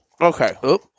Okay